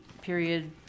period